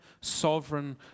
sovereign